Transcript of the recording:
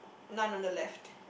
none on the left